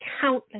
countless